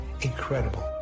incredible